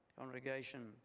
congregation